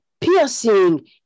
piercing